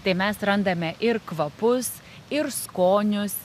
tai mes randame ir kvapus ir skonius